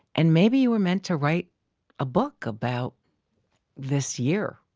and maybe you were meant to write a book about this year.